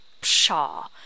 Pshaw